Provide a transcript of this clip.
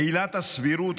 עילת הסבירות,